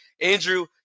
Andrew